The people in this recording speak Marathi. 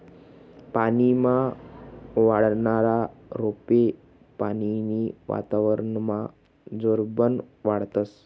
पानीमा वाढनारा रोपे पानीनं वातावरनमा जोरबन वाढतस